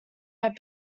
have